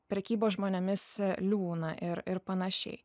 prekybos žmonėmis liūną ir ir panašiai